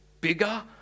bigger